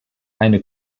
eine